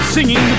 Singing